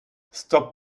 stop